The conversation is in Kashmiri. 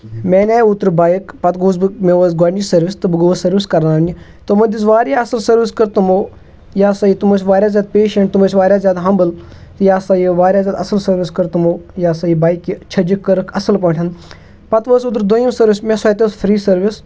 مےٚ اَنٚے اوترٕ بایَک پَتہٕ گوٚوَس بہٕ مےٚ اوس گۄڈنِچ سٔروِس تہٕ بہٕ گووُس سٔروِس کَرناونہِ تِمو دِژ وارِیاہ اَصٕل سٔروِس کٔر تِمو یہِ ہَسا یہِ تِم ٲسۍ واریاہ زیادٕ پیشَنٹ تِم ٲسۍ وارِیاہ زیادٕ ہمبُل یہِ ہَسا یہِ وارِیاہ زیادٕ اَصٕل سٔروِس کٔر تِمو یہِ ہسا یہِ بایکہِ چھَجیٚکھ کرٕکھ اَصٕل پٲٹھۍ پَتہٕ وٲژ اوٗترٕ دوٚیِم سٔروِس مےٚ سٍتۍ اوس فرِٛی سٔروِس